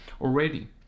already